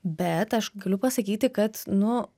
bet aš galiu pasakyti kad nu